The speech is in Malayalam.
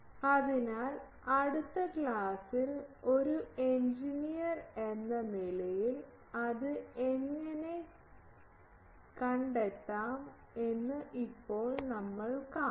അതിനാൽ അടുത്ത ക്ലാസ്സിൽ ഒരു എഞ്ചിനീയർ എന്ന നിലയിൽ അത് എങ്ങനെ കളിക്കാമെന്ന് ഇപ്പോൾ നമ്മൾ കാണും